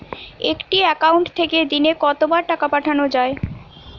একটি একাউন্ট থেকে দিনে কতবার টাকা পাঠানো য়ায়?